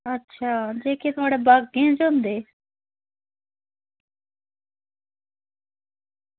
अच्छा जेह्के थुआढ़े बागें च होंदे